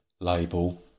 label